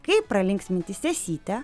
kaip pralinksminti sesytę